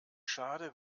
schade